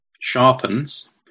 sharpens